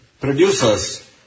Producers